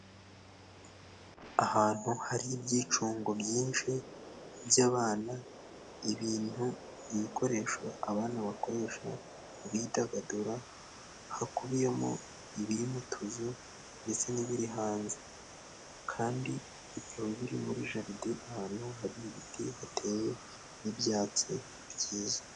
Ahantu hari ibyicungo byinshi by'abana ibintu ibikoresho abana bakoresha bidagadura hakubiyemo ibiri mu tuzu ndetse n'ibiri hanze kandi bikaba biri muri jaridi ahantu hari ibiti hateye n'ibyatsi byiza.